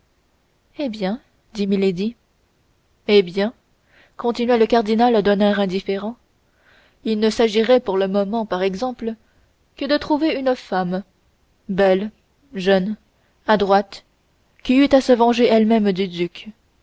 eh bien fit milady eh bien continua le cardinal d'un air indifférent il ne s'agirait pour le moment par exemple que de trouver une femme belle jeune adroite qui eût à se venger elle-même du duc